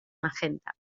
magenta